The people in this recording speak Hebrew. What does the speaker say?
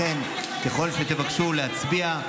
לכן, ככל שתבקשו להצביע,